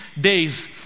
days